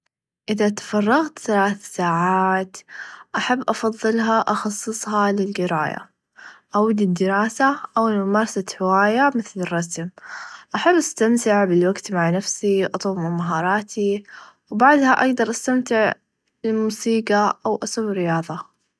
إذا تفرغت ثلاث ساعات أحب أفظلها أخصصها للقرايا أو للدراسه او لممارسه هوايه مثل الرسم أحب أستمتع بالوقت مع نفسي أطور من مهاراتي و بعدها أيظا أستمتع بالموسيقى أو أسوي رياظه.